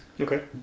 Okay